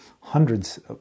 hundreds